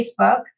Facebook